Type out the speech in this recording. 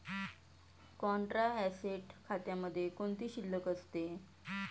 Contra asset खात्यामध्ये कोणती शिल्लक असते?